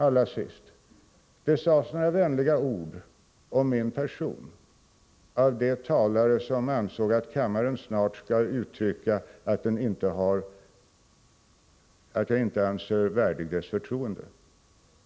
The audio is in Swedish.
Allra sist: Det sades några vänliga ord om min person av de talare som ansåg att kammaren snart skall uttrycka att jag inte anses värdig dess förtroende.